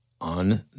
on